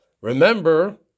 Remember